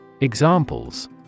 Examples